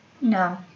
No